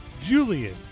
Julian